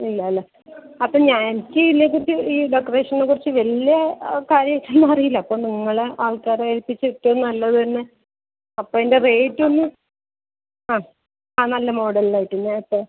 ഇല്ലാ അല്ലേ അപ്പം എനിക്ക് ഇതിനെക്കുറിച്ച് ഈ ഡെക്കറേഷനെ കുറിച്ച് വലിയ കാര്യമായിട്ടൊന്നും അറിയില്ല അപ്പം നിങ്ങളെ ആൾക്കാരെ ഏൽപ്പിച്ചിട്ട് നല്ലത് തന്നെ അപ്പോൾ അതിൻ്റെ റേറ്റ് ഒന്ന് ആ നല്ല മോഡലായിട്ടുള്ള